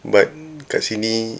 but dekat sini